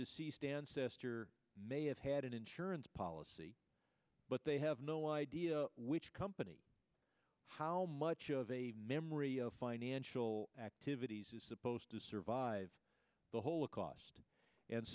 deceased ancestor may have had an insurance policy but they have no idea which company how much of a memory of financial activities is supposed to survive the whole of cost and